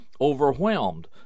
overwhelmed